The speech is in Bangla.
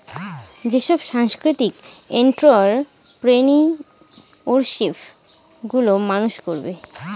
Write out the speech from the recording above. যেসব সাংস্কৃতিক এন্ট্ররপ্রেনিউরশিপ গুলো মানুষ করবে